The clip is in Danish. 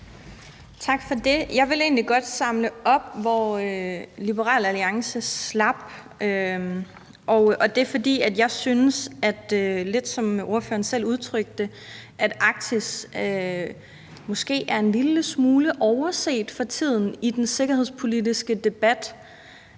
Tak for det. Jeg vil egentlig godt samle op, hvor Liberal Alliance slap, og det er, fordi jeg – lidt som ordføreren selv udtrykte det – synes, at Arktis måske er en lille smule overset for tiden i den sikkerhedspolitiske debat.